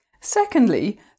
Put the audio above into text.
Secondly